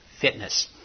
fitness